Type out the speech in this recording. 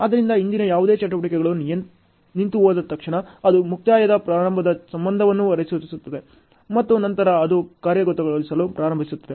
ಆದ್ದರಿಂದ ಹಿಂದಿನ ಯಾವುದೇ ಚಟುವಟಿಕೆಗಳು ನಿಂತುಹೋದ ತಕ್ಷಣ ಅದು ಮುಕ್ತಾಯದ ಪ್ರಾರಂಭದ ಸಂಬಂಧವನ್ನು ಅನುಸರಿಸುತ್ತದೆ ಮತ್ತು ನಂತರ ಅದು ಕಾರ್ಯಗತಗೊಳಿಸಲು ಪ್ರಾರಂಭಿಸುತ್ತದೆ